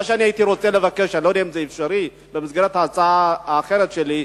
מה שהייתי רוצה לבקש במסגרת ההצעה האחרת שלי,